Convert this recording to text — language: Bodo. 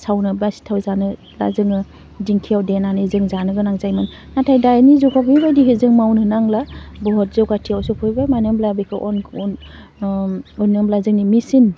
सावनो बा सिथाव जानोब्ला जोङो दिंखियाव देनानै जों जानो गोनां जायोमोन नाथाय दाइनि जुगाव बेबायदिखौ जों मावनो नांला बुहुद जौगाथियाव सोफैबाय मानो होमब्ला बेखौ अन मानो होमब्ला जोंनि मेचिन